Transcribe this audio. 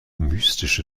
mystische